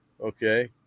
Okay